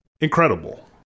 incredible